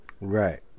Right